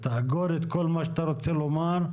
במתחם הבורסה ברמת גן לקחנו פרויקט שמיועד לבניין של 4 קומות.